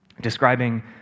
Describing